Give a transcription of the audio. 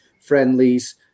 friendlies